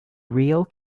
real